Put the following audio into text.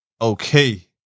Okay